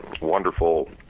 wonderful